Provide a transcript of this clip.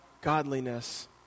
godliness